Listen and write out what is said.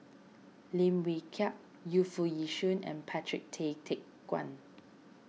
Lim Wee Kiak Yu Foo Yee Shoon and Patrick Tay Teck Guan